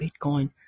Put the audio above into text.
Bitcoin